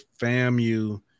FAMU